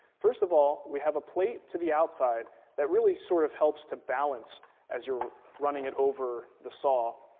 first of all, we have a plate to the outside that really sort of helps to balance as you're running it over the saw.